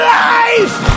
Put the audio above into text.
life